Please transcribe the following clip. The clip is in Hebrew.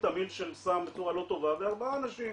תמהיל של סם בצורה לא טובה וארבעה אנשים,